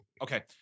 Okay